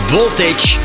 Voltage